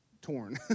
torn